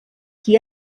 qui